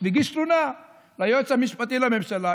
הגיש תלונה ליועץ המשפטי לממשלה,